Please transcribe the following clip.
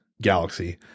galaxy